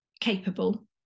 capable